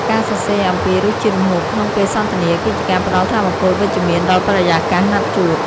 ការសរសើរអំពីរសជាតិម្ហូបក្នុងពេលសន្ទនា គឺជាការផ្ដល់ថាមពលវិជ្ជមានដល់បរិយាកាសណាត់ជួប។